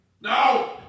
No